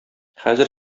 хәзер